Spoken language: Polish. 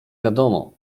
wiadomo